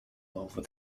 over